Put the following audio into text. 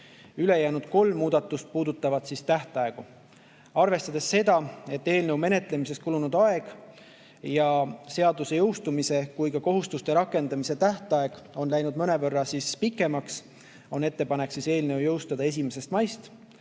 Ülejäänud kolm muudatust puudutavad tähtaegu. Arvestades seda, et eelnõu menetlemiseks kulunud aeg ja nii seaduse jõustumise kui ka kohustuste rakendamise tähtaeg on läinud mõnevõrra pikemaks, on ettepanek jõustada seadus 1. maist,